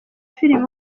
filime